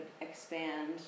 expand